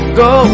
go